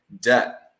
debt